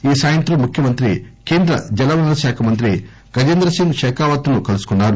ఈ సాయంత్రం ముఖ్యమంత్రి కేంద్ర జల వనరుల శాఖ మంత్రి గజేంద్ర సింగ్ పెకావత్ను కలుసుకున్నారు